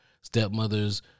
stepmothers